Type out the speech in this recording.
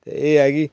ते एह् ऐ कि